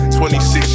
26